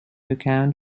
account